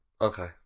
okay